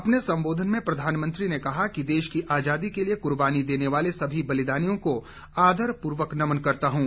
अपने संबोधन में प्रधानमंत्री ने कहा कि देश की आजादी के लिए कुर्बानी देने वाले सभी बलदानियों को आदर पूर्वक नमन करता हूं